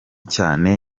cyane